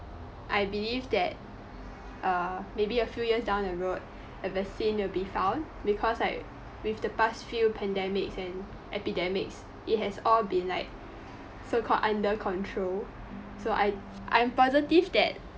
I believe that uh maybe a few years down the road a vaccine will be found because like with the past few pandemics and epidemics it has all been like so-called under control so I i'm positive that